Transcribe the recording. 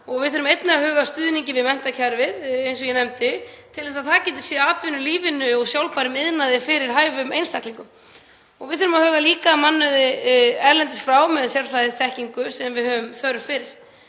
Við þurfum einnig að huga að stuðningi við menntakerfið, eins og ég nefndi, til að það geti séð atvinnulífinu og sjálfbærum iðnaði fyrir hæfum einstaklingum. Og við þurfum að huga líka að mannauði erlendis frá með sérfræðiþekkingu sem við höfum þörf fyrir.